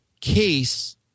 case